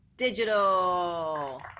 digital